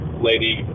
lady